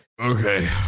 Okay